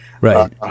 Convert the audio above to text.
right